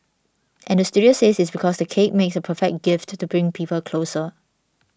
and the studio says it's because the cake makes a perfect gift to bring people closer